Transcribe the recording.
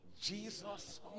Jesus